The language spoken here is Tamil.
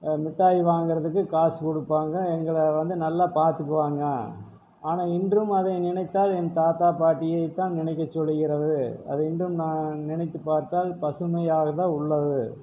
மிட்டாய் வாங்கிறதுக்கு காசு கொடுப்பாங்க எங்களை வந்து நல்லா பார்த்துக்குவாங்க ஆனால் இன்றும் அதை நினைத்தால் என் தாத்தா பாட்டியை தான் நினைக்க சொல்கிறது அதை இன்றும் நான் நினைத்து பார்த்தால் பசுமையாக தான் உள்ளது